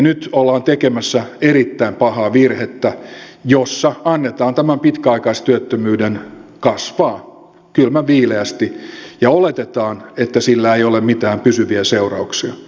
nyt ollaan tekemässä erittäin pahaa virhettä jossa annetaan tämän pitkäaikaistyöttömyyden kasvaa kylmän viileästi ja oletetaan että sillä ei ole mitään pysyviä seurauksia